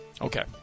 Okay